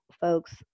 folks